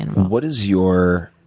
and what is your